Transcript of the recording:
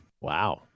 Wow